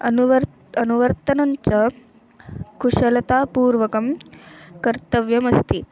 अनुवर् अनुवर्तनं च कुशलतापूर्वकं कर्तव्यमस्ति